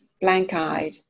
blank-eyed